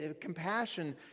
Compassion